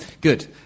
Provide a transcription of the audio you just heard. Good